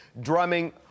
drumming